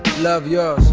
love yourz.